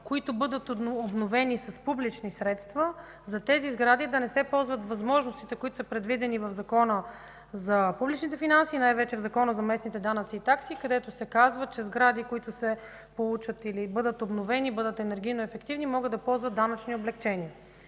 които бъдат обновени с публични средства, да не се ползват възможностите, предвидени в Закона за публичните финанси, най вече в Закона за местните данъци и такси, където се казва, че сгради, които бъдат обновени и бъдат енергийно ефективни, могат да ползват данъчни облекчения.